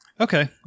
Okay